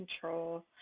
control